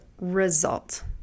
result